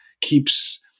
keeps